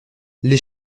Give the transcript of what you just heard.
les